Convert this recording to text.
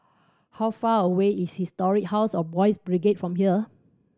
how far away is Historic House of Boys' Brigade from here